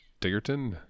Diggerton